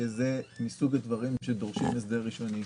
שזה מסוג הדברים שדורשים הסדר ראשוני.